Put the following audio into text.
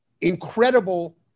incredible